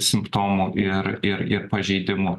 simptomų ir ir ir pažeidimų